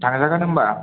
थांजागोन होनबा